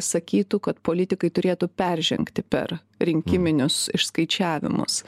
sakytų kad politikai turėtų peržengti per rinkiminius išskaičiavimus